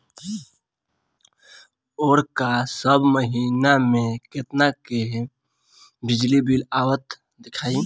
ओर का सब महीना में कितना के बिजली बिल आवत दिखाई